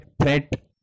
threat